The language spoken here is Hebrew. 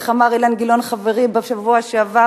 איך אמר אילן גילאון חברי בשבוע שעבר,